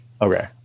Okay